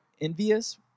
envious